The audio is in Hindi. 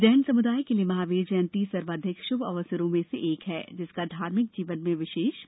जैन समुदाय के लिए महावीर जयंती सर्वाधिक श्भ अवसरों में से एक है जिसका धार्मिक जीवन में विशेष महत्व है